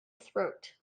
throat